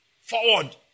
forward